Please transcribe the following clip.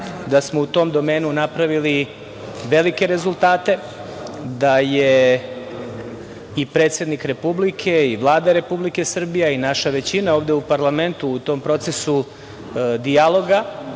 Da smo u tom domenu napravili velike rezultate, da je i predsednik Republike i Vlada Republike Srbije, a i naša većina ovde u parlamentu u tom procesu dijaloga